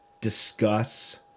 discuss